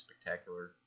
spectacular